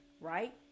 right